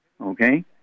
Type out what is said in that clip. okay